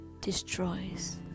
destroys